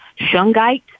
shungite